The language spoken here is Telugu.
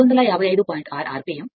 6 rpm